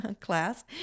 class